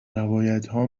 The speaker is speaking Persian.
روایتها